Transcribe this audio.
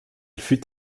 fut